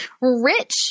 rich –